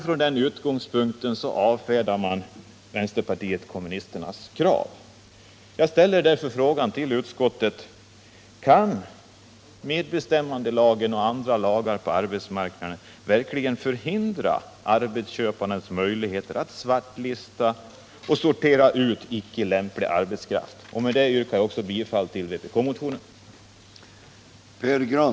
Från den utgångspunkten avfärdar utskottet vänsterpartiet kommunisternas krav. Jag ställer därför frågan till utskottet: Kan medbestämmandelagen och andra lagar på arbetsmarknaden verkligen ta bort arbetsköparnas möjligheter att svartlista och sortera ut icke lämplig arbetskraft? Med detta yrkar jag bifall till vpk-motionen.